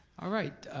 alright.